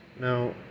now